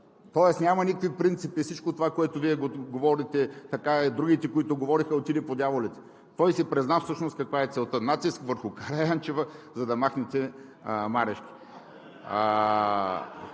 Тоест няма никакви принципи и всичко това, което Вие и другите говориха, отиде по дяволите. Той си призна всъщност каква е целта – натиск върху Караянчева, за да махнете Марешки.